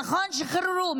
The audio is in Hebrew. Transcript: נכון, שחררו.